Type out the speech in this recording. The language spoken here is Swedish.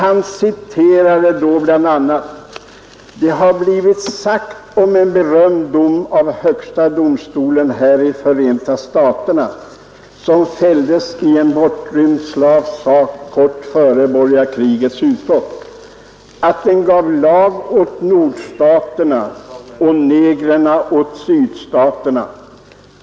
Den senare sade då bl.a.: ”Det har blifvit sagt om en berömd dom av högsta domstolen här i Förenta Staterna, som fälldes i en bortrymd slavs sak kort före borgarkrigets utbrott, att ”den gav lag åt nordstaterna och negrerna åt sydstaterna".